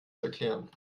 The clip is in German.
erklären